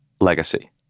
legacy